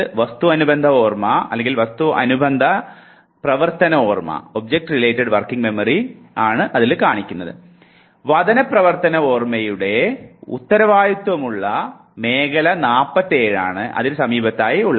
വദന പ്രവർത്തന ഓർമ്മയുടെ ഉത്തരവാദിത്തമുള്ള മേഖല 47 ആണ് അതിനു സമീപത്തായി ഉള്ളത്